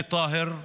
נאג'י טאהר חלבי,